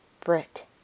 Brit